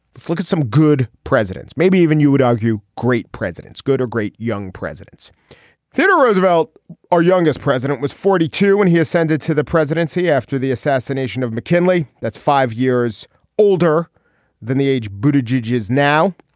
let's look at some good presidents. maybe even you would argue great presidents good or great young presidents theodore roosevelt our youngest president was forty two when he ascended to the presidency after the assassination of mckinley. that's five years older than the age buddha george is now.